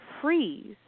freeze